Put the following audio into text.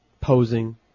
posing